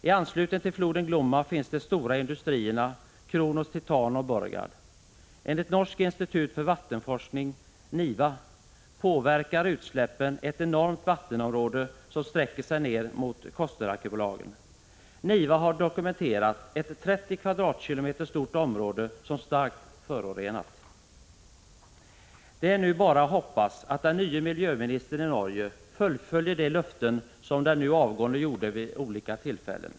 I anslutning till floden Glomma finns de stora industrierna Kronos Titan och Borregaard. Enligt Norsk institutt för vannforskning påverkar utsläppen ett enormt vattenområde som sträcker sig ner mot Kosterarkipelagen. NIVA har dokumenterat ett 30 kvadratkilometer stort område som starkt förorenat. Det är nu bara att hoppas att den nye miljöministern i Norge fullföljer de löften som den nu avgående utställde vid olika tillfällen.